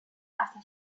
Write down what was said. hasta